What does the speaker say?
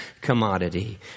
commodity